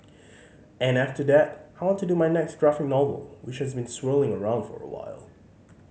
and after that I want do my next graphic novel which has been swirling around for a while